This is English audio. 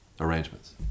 arrangements